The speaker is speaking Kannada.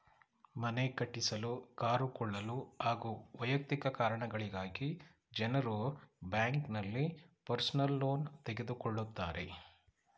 ಮನೆ ಕಟ್ಟಿಸಲು ಕಾರು ಕೊಳ್ಳಲು ಹಾಗೂ ವೈಯಕ್ತಿಕ ಕಾರಣಗಳಿಗಾಗಿ ಜನರು ಬ್ಯಾಂಕ್ನಲ್ಲಿ ಪರ್ಸನಲ್ ಲೋನ್ ತೆಗೆದುಕೊಳ್ಳುತ್ತಾರೆ